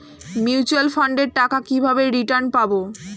Mutual ফান্ডের টাকা কিভাবে রিটার্ন পাব?